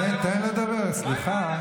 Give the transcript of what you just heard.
תן, תן לדבר, סליחה.